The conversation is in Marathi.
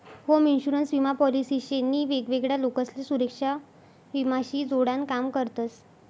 होम इन्शुरन्स विमा पॉलिसी शे नी वेगवेगळा लोकसले सुरेक्षा विमा शी जोडान काम करतस